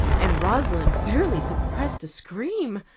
and rosalind barely suppressed a scream.